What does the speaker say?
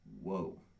whoa